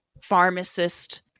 pharmacist